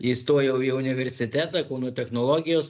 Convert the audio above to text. įstojau į universitetą kauno technologijos